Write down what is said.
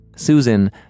Susan